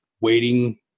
waiting